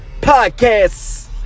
podcast